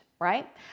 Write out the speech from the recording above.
right